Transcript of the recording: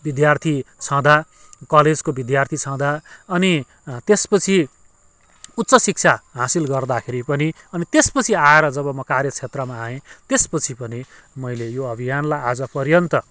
विद्यार्थी छँदा कलेजको विद्यार्थी छँदा अनि त्यसपछि उच्च शिक्षा हासिल गर्दाखेरि पनि अनि त्यसपछि आएर जब म कार्य क्षेत्रमा आएँ त्यसपछि पनि मैले यो अभियानलाई आजपर्यन्त